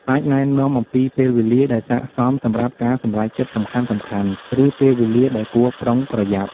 អាចណែនាំអំពីពេលវេលាដែលស័ក្តិសមសម្រាប់ការសម្រេចចិត្តសំខាន់ៗ ឬពេលវេលាដែលគួរប្រុងប្រយ័ត្ន។